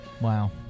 Wow